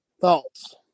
thoughts